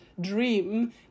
dream